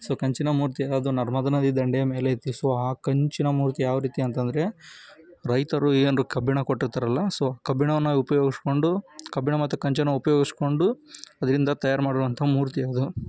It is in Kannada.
ಸೊ ಕಂಚಿನ ಮೂರ್ತಿ ಅದು ನರ್ಮದಾ ನದಿ ದಂಡೆಯ ಮೇಲೆ ಐತೆ ಸೊ ಆ ಕಂಚಿನ ಮೂರ್ತಿ ಯಾವ ರೀತಿ ಅಂತ ಅಂದ್ರೆ ರೈತರು ಏನು ಕಬ್ಬಿಣ ಕೊಟ್ಟಿರ್ತಾರಲ್ಲ ಸೊ ಕಬ್ಬಿಣವನ್ನು ಉಪಯೋಗಿಸಿಕೊಂಡು ಕಬ್ಬಿಣ ಮತ್ತು ಕಂಚನ್ನು ಉಪಯೋಗಿಸಿಕೊಂಡು ಅದರಿಂದ ತಯಾರು ಮಾಡಿರುವಂಥ ಮೂರ್ತಿ ಅದು